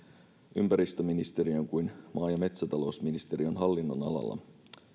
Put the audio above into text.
ympäristöministeriön kuin maa ja metsätalousministeriön hallinnonalalla